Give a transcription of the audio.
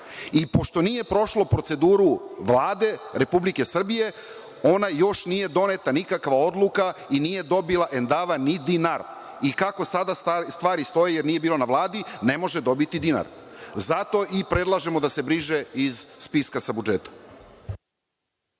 Pošto nije prošlo proceduru Vlade Republike Srbije, još nije doneta nikakva odluka i nije dobila „Endava“ ni dinara. Kako sada stvari stoje, jer nije bila na Vladi, ne može dobiti ni dinara. Zato i predlažemo da se briše iz spiska sa budžeta.(Marko